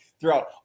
throughout